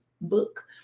book